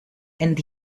and